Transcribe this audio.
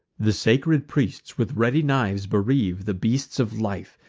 the sacred priests with ready knives bereave the beasts of life,